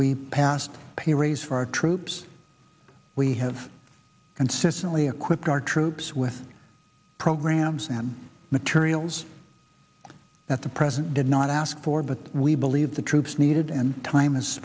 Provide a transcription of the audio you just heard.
we passed a pay raise for our troops we have consistently equipped our troops with programs and materials that the president did not ask for but we believe the troops needed and time as